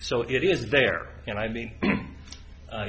so it is there and